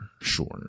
sure